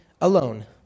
alone